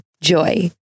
Joy